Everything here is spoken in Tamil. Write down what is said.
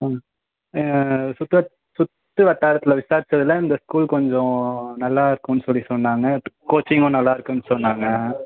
ஆ சுற்று வட் சுற்று வட்டாரத்தில் விசாரிச்சதில் இந்த ஸ்கூல் கொஞ்சம் நல்லா இருக்கும்னு சொல்லி சொன்னாங்கள் கோச்சிங்லாம் நல்லா இருக்குதுன்னு சொன்னாங்கள்